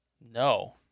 No